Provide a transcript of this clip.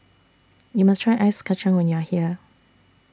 YOU must Try Ice Kacang when YOU Are here